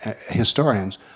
historians